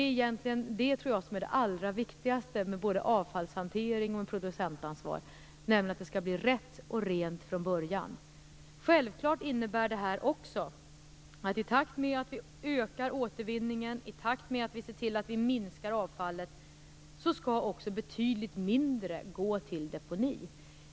Jag tror att det allra viktigaste med både avfallshantering och producentansvar är att det skall bli rätt och rent från början. Självfallet innebär det här också att en betydligt mindre mängd avfall skall gå till deponi i takt med att vi ökar återvinningen och ser till att vi minskar avfallet.